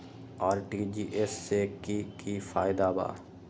RTGS से की की फायदा बा?